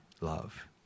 love